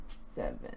Seven